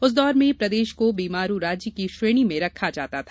उस दौर में प्रदेश को बीमारू राज्य की श्रेणी में रखा जाता था